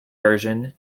version